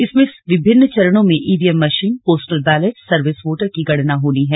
इसमें विभिन्न चरणों में EVM machine postal ballot service voter की गणना होनी है